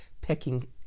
pecking